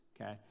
okay